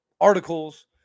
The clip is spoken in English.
articles